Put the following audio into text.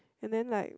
and then like